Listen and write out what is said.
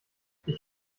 ich